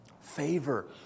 Favor